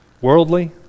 worldly